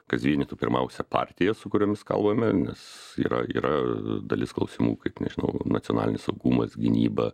kas vienytų pirmausia partiją su kuriomis kalbame nes yra yra dalis klausimų kaip nežinau nacionalinis saugumas gynyba